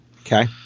okay